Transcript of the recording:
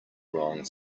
wrong